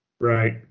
Right